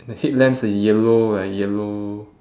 the headlamps are yellow are yellow